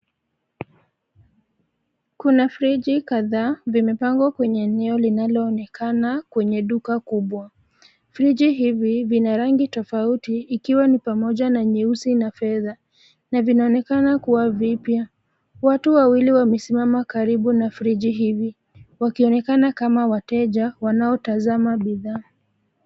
Kuna friji kadhaa, vimepangwa kwenye eneo linaloonekana kwenye duka kubwa. Friji hivi vina rangi tofauti ikiwa ni pamoja na nyeusi na fedha, na vinaonekana kuwa vipya. Watu wawili wamesimama karibu na friji hivi wakionekana kama wateja wanaotazama bidhaa.